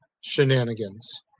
shenanigans